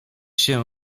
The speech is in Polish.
się